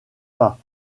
pas